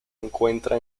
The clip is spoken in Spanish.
encuentra